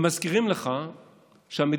הם מזכירים לך שהמדינה